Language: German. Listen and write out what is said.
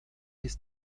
ist